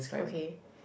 okay